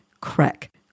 crack